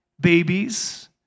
Babies